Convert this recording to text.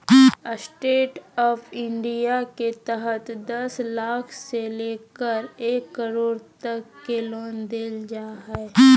stand up India के तहत दस लाख से लेकर एक करोड़ तक के लोन देल जा हइ